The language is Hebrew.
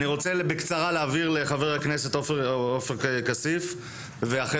אני רוצה בקצרה להעביר לחבר הכנסת עופר כסיף ואחר